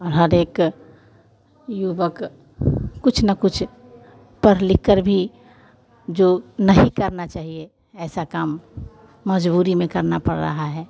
और हर एक युवक कुछ न कुछ पढ़ लिखकर भी जो नहीं करना चाहिए ऐसा काम मजबूरी में करना पड़ रहा है